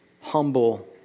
humble